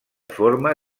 forma